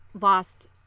lost